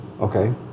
Okay